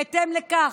בהתאם לכך,